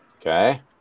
Okay